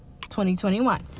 2021